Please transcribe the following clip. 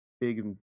big